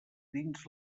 dins